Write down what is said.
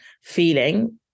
feeling